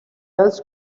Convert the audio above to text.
else